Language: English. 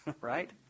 right